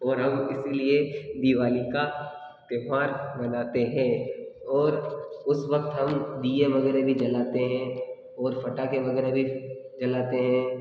और हम इसीलिए दिवाली का त्यौहार मनाते हैं और उस वक्त हम दिये वगैरह भी जलाते हैं और फटाके वगैरह भी जलाते हैं